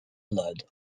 blood